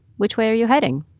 which way are you heading?